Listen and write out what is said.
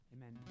Amen